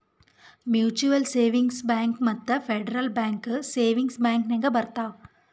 mutual savings bank ಮತ್ತ federal bank savings bank ನಾಗ್ ಬರ್ತಾವ್